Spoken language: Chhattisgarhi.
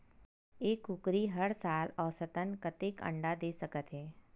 एक कुकरी हर साल औसतन कतेक अंडा दे सकत हे?